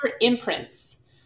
imprints